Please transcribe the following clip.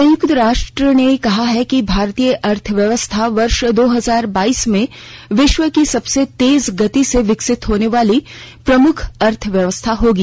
संयुक्तराष्ट्र ने कहा है कि भारतीय अर्थव्यवस्था वर्ष दो हजार बाइस में विश्व की सबसे तेज गति से विकसित होनेवाली प्रमुख अर्थव्यवस्था होगी